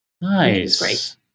Nice